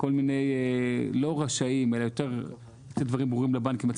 כל מיני לא רשאים, אלא לתת דברים ברורים לבנקים.